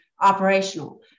operational